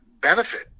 benefit